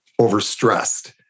overstressed